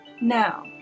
Now